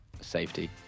safety